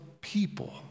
people